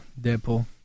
Deadpool